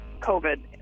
COVID